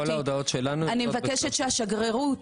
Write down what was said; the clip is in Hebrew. כל ההודעות שלנו --- אני מבקשת שלשגרירות